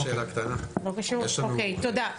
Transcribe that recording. אוקי, תודה.